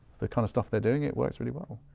the kind of stuff they're doing, it works really well.